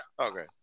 okay